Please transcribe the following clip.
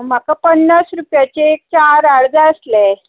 म्हाका पन्नास रूपयाचे एक चार हार जाय आसले